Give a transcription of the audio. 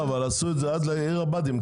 אבל עשו את זה עד עיר הבה"דים,